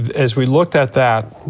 as we looked at that,